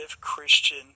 Christian